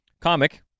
comic